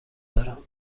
دارم